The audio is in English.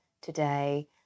today